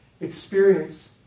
experience